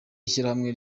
ishyirahamwe